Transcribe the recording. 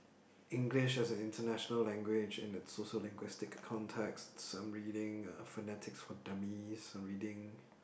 English as an international language in its sociolinguistic context I'm reading uh phonetics for dummies I'm reading